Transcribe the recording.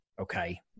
Okay